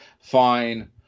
Fine